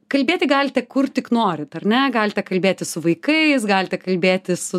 kalbėti galite kur tik norit ar ne galite kalbėti su vaikais galite kalbėti su